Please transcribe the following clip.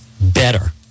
better